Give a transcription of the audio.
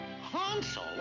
Hansel